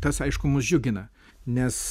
tas aišku mus džiugina nes